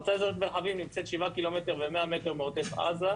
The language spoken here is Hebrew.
מועצה אזורית מרחבית נמצאת שבעה ק"מ ו-100 מ' מעוטף עזה,